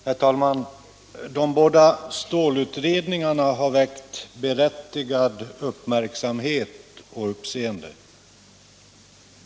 Herr talman! De båda stålutredningarna har väckt berättigad uppmärksamhet och stort uppseende.